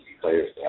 players